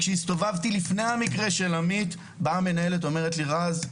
לפני המקרה של עמית אמרה לי מנהלת: רז,